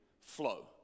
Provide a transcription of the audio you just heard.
flow